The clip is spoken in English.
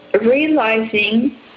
realizing